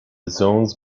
zones